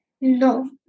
No